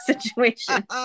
situation